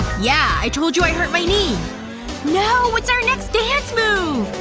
yeah. i told you i hurt my knee no, it's our next dance move!